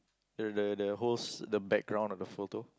the the the whole the background of the photo